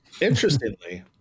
Interestingly